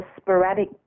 sporadic